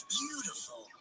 beautiful